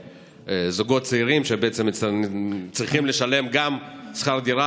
לזוגות צעירים שצריכים לשלם גם שכר דירה,